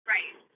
Right